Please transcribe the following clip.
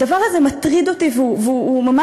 הדבר הזה מטריד אותי, הוא ממש